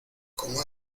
como